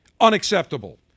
unacceptable